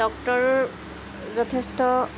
doctor যথেষ্ট